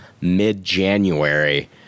mid-January